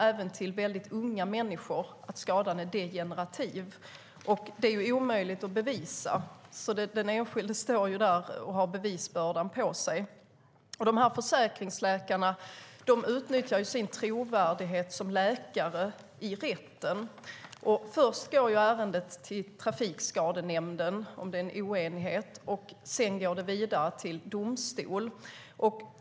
Även till väldigt unga människor säger man att skadan är degenerativ. Det är omöjligt att bevisa, och den enskilde står där och har bevisbördan på sig. Försäkringsläkarna utnyttjar sin trovärdighet som läkare i rätten. Först går ärendet till Trafikskadenämnden, om det råder oenighet, och sedan vidare till domstol.